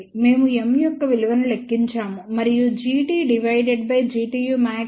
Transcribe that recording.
మేము M యొక్క విలువను లెక్కించాము మరియు Gt divided by Gtu max minus 0